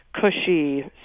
Cushy